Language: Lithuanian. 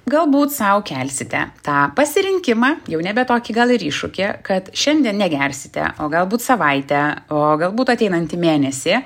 galbūt sau kelsite tą pasirinkimą jau nebe tokį gal ir iššūkį kad šiandien negersite o galbūt savaitę o galbūt ateinantį mėnesį